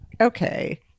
okay